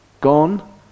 Gone